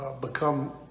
become